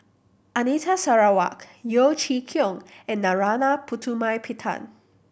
Anita Sarawak Yeo Chee Kiong and Narana Putumaippittan